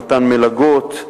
במתן מלגות,